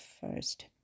first